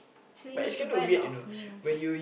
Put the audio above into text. so we need to buy a lot of meals